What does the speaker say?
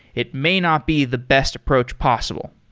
it may not be the best approach possible.